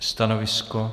Stanovisko?